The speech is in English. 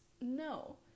no